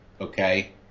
Okay